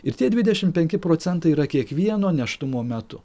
ir tie dvidešimt penki procentai yra kiekvieno nėštumo metu